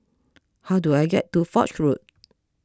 how do I get to Foch Road